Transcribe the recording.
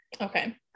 Okay